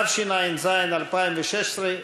התשע"ז 2016,